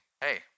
Hey